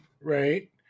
right